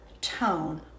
tone